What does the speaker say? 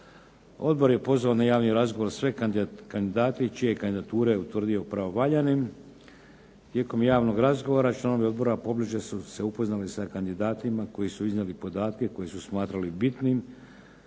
Odbor je pozvao na javni razgovor sve kandidate čije kandidature je utvrdio pravovaljanim. Tijekom javnog razgovora članovi Odbora pobliže su se upoznali sa kandidatima koji su iznijeli podatke koje su smatrali bitnim.